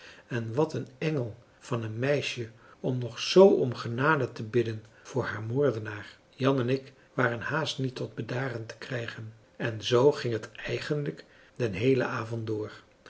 en wat een engel van een meisje om nog zoo om genade te bidden voor haar moordenaar jan en ik waren haast niet tot bedaren te krijgen en zoo ging het eigenlijk den heelen avond door